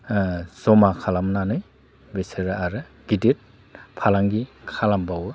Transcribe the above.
जमा खालामनानै बिसोरो आरो गिदिद फालांगि खालामबावो